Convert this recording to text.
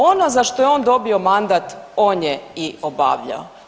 Ono za što je on dobio mandat on je i obavljao.